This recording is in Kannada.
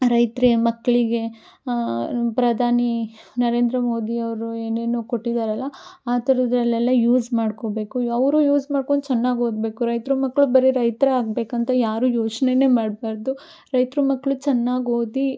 ರೈತ್ರ ಮಕ್ಕಳಿಗೆ ಪ್ರಧಾನಿ ನರೇಂದ್ರ ಮೋದಿ ಅವರು ಏನೇನೋ ಕೊಟ್ಟಿದ್ದಾರಲ್ಲ ಆ ಥರದಲ್ಲೆಲ್ಲಾ ಯೂಸ್ ಮಾಡ್ಕೋಬೇಕು ಅವರು ಯೂಸ್ ಮಾಡ್ಕೊಂಡು ಚೆನ್ನಾಗಿ ಓದಬೇಕು ರೈತ್ರ ಮಕ್ಕಳು ಬರೀ ರೈತರೇ ಆಗಬೇಕಂತ ಯಾರೂ ಯೋಚನೆನೇ ಮಾಡಬಾರ್ದು ರೈತ್ರ ಮಕ್ಕಳು ಚೆನ್ನಾಗಿ ಓದಿ